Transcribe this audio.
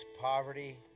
poverty